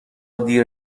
دیر